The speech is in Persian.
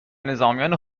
نظامیان